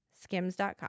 skims.com